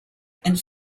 and